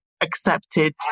accepted